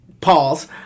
Pause